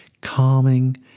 calming